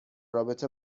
رابطه